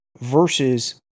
versus